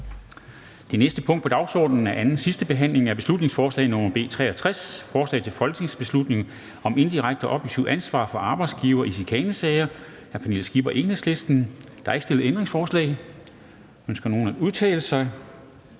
Det næste punkt på dagsordenen er: 5) 2. (sidste) behandling af beslutningsforslag nr. B 63: Forslag til folketingsbeslutning om et indirekte objektivt ansvar for arbejdsgivere i chikanesager. Af Pernille Skipper (EL) m.fl. (Fremsættelse